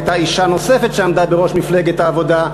הייתה אישה נוספת שעמדה בראש מפלגת העבודה,